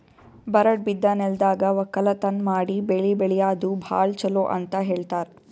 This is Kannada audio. ಬರಡ್ ಬಿದ್ದ ನೆಲ್ದಾಗ ವಕ್ಕಲತನ್ ಮಾಡಿ ಬೆಳಿ ಬೆಳ್ಯಾದು ಭಾಳ್ ಚೊಲೋ ಅಂತ ಹೇಳ್ತಾರ್